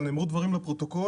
אבל נאמרו דברים לפרוטוקול,